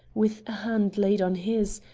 with hand laid on his,